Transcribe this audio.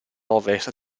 ovest